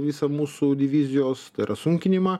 visą mūsų divizijos tai yra sunkinimą